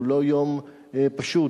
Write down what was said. הוא לא יום פשוט,